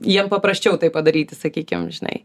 jiem paprasčiau tai padaryti sakykim žinai